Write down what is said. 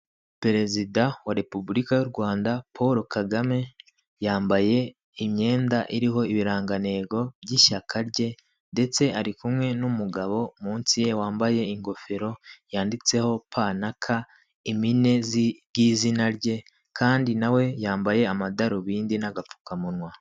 Perezida wa repubulika y'u Rwanda Paul Kagame yambaye imyenda iriho ibirangantego by'ishyaka rye ndetse ari kumwe n'umugabo munsi ye wambaye ingofero yanditseho pa na ka impine y'izina rye kandi nawe yambaye amadarubindi n'agapfukamunwa.